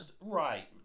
Right